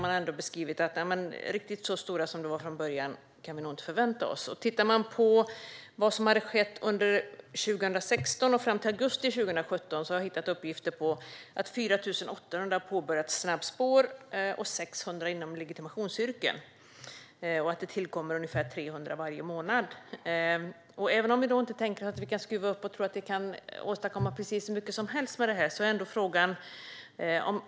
Man har sagt: Nej, men riktigt så stora förhoppningar som vi hade från början kan vi nog inte ha. Man kan titta på vad som skett under 2016 och fram till augusti 2017. Jag har hittat uppgifter om att 4 800 har påbörjat ett snabbspår. Det är 600 inom legitimationsyrken. Och det tillkommer ungefär 300 varje månad. Även om vi inte tror att vi kan åstadkomma hur mycket som helst med detta finns det en fråga.